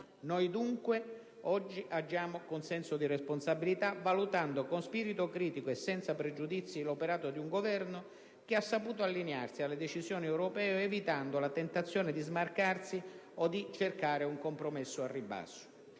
Noi dunque agiamo oggi con senso di responsabilità, valutando con spirito critico e senza pregiudizi l'operato dì un Governo che ha saputo allinearsi alle decisioni europee, evitando la tentazione di smarcarsi o di cercare un compromesso al ribasso.